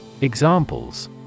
Examples